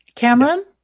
Cameron